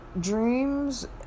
dreams